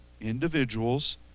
individuals